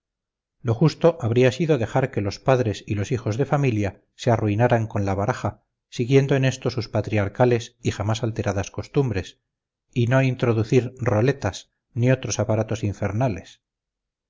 lo justo habría sido dejar que los padres y los hijos de familia se arruinaran con la baraja siguiendo en esto sus patriarcales y jamás alteradas costumbres y no introducir roletas ni otros aparatos infernales